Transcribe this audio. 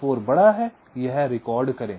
34 बड़ा है यह रिकॉर्ड करें